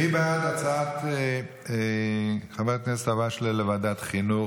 מי בעד הצעת חבר הכנסת אלהואשלה לוועדת החינוך?